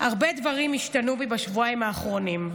"הרבה דברים השתנו בי בשבועיים האחרונים,